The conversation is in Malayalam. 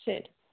ശരി